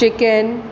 chicken